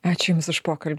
ačiū jums už pokalbį